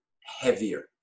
heavier